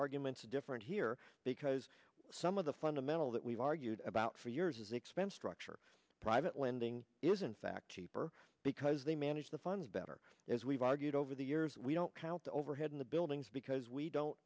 arguments different here because some of the fundamental that we've argued about for years is expense structure private lending is in fact cheaper because they manage the funds better as we've argued over the years we don't count the overhead in the buildings because we don't